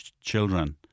children